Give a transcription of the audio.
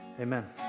Amen